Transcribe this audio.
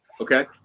Okay